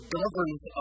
governs